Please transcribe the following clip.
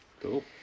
Cool